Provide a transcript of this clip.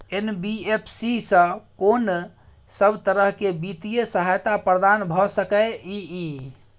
NBFC स कोन सब तरह के वित्तीय सहायता प्रदान भ सके इ? इ